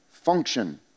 function